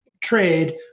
trade